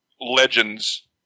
legends